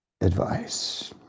advice